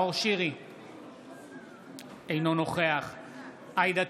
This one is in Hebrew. אינו נוכח עאידה